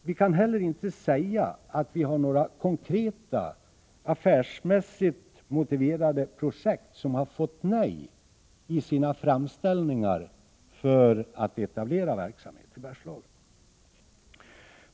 Vi kan inte heller säga att det är några affärsmässigt motiverade projekt som har fått nej till sin framställan om att etablera verksamhet i Bergslagen.